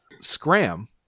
Scram